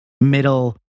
middle